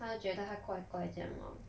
她觉得他怪怪酱 lor